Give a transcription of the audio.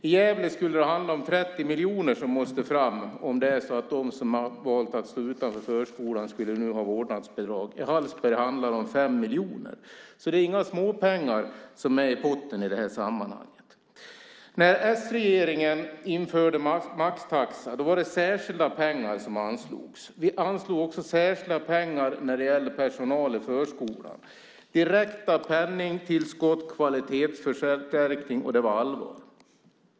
I Gävle skulle det handla om att 30 miljoner måste fram om de som valt att stå utanför förskolan skulle välja vårdnadsbidrag. I Hallsberg handlar det om 5 miljoner, så det är inga småpengar i potten i det här sammanhanget. När s-regeringen införde maxtaxan var det särskilda pengar som anslogs. Vi anslog också särskilda pengar när det gällde personalen i förskolan. Det var direkta penningtillskott och en kvalitetsförstärkning, och det var allvar.